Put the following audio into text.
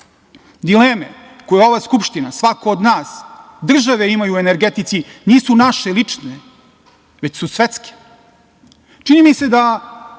koje ova Skupština, svako od nas, države imaju u energetici, nisu naše lične, već su svetske. Čini mi se,